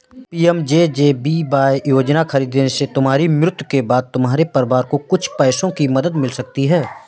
PMJJBY योजना खरीदने से तुम्हारी मृत्यु के बाद तुम्हारे परिवार को कुछ पैसों की मदद मिल सकती है